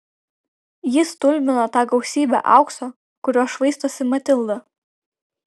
jį stulbino ta gausybė aukso kuriuo švaistosi matilda